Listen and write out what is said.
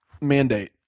mandate